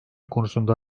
konusunda